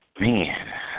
Man